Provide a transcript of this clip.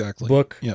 Book